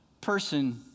person